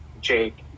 Jake